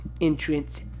entrance